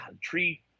tree